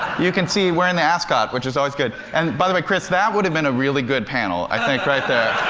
you can see we're in the ascot, which is always good. and by the way, chris, that would've been a really good panel, i think, right there.